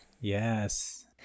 Yes